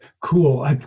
cool